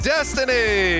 Destiny